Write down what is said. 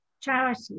charity